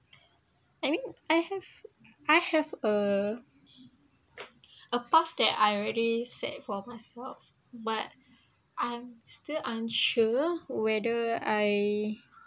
I mean I have I have uh a path that I already set for myself but I'm still unsure whether I